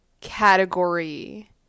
category